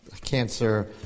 Cancer